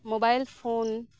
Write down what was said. mobile phone